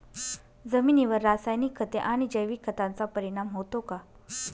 जमिनीवर रासायनिक खते आणि जैविक खतांचा परिणाम होतो का?